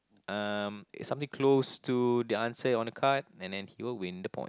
um it's something close to the answer on the card and then he'll win the point